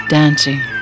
dancing